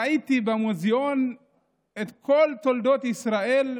ראיתי במוזיאון את כל תולדות ישראל,